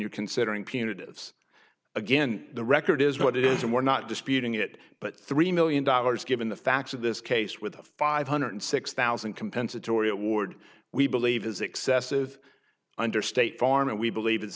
you're considering punitive again the record is what it is and we're not disputing it but three million dollars given the facts of this case with five hundred six thousand compensatory award we believe is excessive under state farm and we believe it's